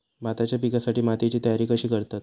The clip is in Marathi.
भाताच्या पिकासाठी मातीची तयारी कशी करतत?